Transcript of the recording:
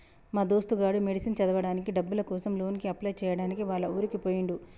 మా దోస్తు గాడు మెడిసిన్ చదవడానికి డబ్బుల కోసం లోన్ కి అప్లై చేయడానికి వాళ్ల ఊరికి పోయిండు